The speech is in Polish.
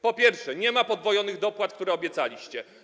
Po pierwsze, nie ma podwojonych dopłat, które obiecaliście.